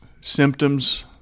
symptoms